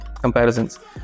comparisons